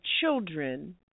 children